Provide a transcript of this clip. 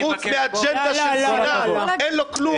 שחוץ מאג'נדה של שנאה אין לו כלום.